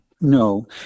No